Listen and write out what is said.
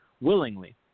willingly